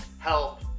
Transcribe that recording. help